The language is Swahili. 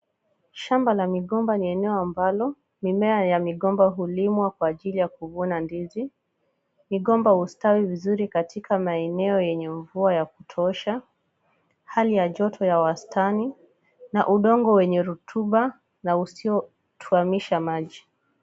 Shamba la migomba ni eneo ambalo mimea ya migomba hulimwa kwa ajili ya kuvuna ndizi. Migomba hustawi vizuri katika maeneo yenye mvua ya kutosha, hali ya joto ya utani na ugonjwa wenye rutuba na usiosimamisha maji.